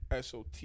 SOT